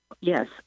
Yes